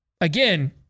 Again